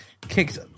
kicked